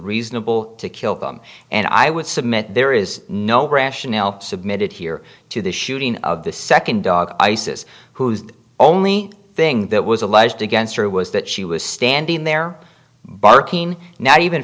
reasonable to kill them and i would submit there is no rational submitted here to the shooting of the second dog isis whose only thing that was alleged against her was that she was standing there barking now even